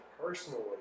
personally